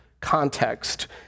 context